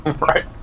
Right